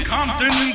Compton